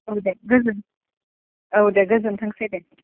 औ दे गोजोनथों औ दे गोजोनथोंसै दे